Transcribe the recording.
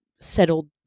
settled